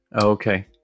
okay